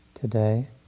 Today